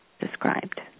described